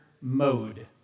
mode